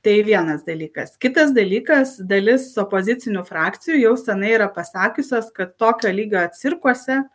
tai vienas dalykas kitas dalykas dalis opozicinių frakcijų jau senai yra pasakiusios kad tokio lygio cirkuose